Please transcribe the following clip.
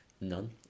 None